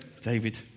David